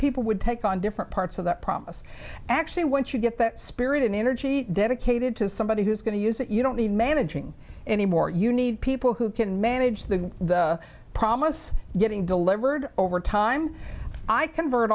people would take on different parts of that promise actually once you get that spirit and energy dedicated to somebody who's going to use it you don't need managing anymore you need people who can manage the the promise getting delivered over time i convert